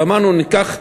ואמרנו, ניקח,